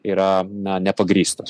yra na nepagrįstos